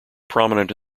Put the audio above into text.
prominent